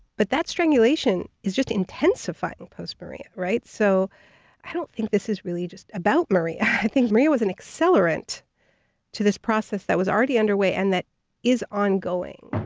but that strangulation is just intensified with post-maria, right? so i don't think this is really just about maria. i think maria was an accelerant to this process that was already underway and that is ongoing.